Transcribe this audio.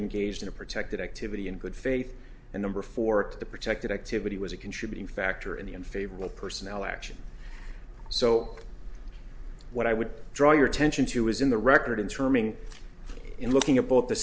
engaged in a protected activity in good faith and number four the protected activity was a contributing factor in the in favor of personnel action so what i would draw your attention to is in the record in terming in looking at both the